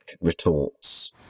retorts